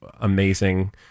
amazing